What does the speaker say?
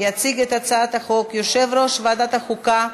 יציג את הצעת החוק יושב-ראש ועדת החוקה,